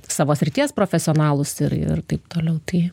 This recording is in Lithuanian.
savo srities profesionalus ir ir taip toliau tai